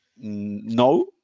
no